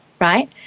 Right